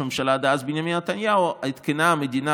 הממשלה דאז בנימין נתניהו עדכנה המדינה,